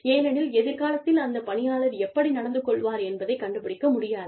ஏனெனில் எதிர்காலத்தில் அந்த பணியாளர் எப்படி நடந்து கொள்வார் என்பதைக் கண்டுபிடிக்க முடியாது